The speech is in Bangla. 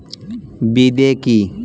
বিদে কি?